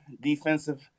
defensive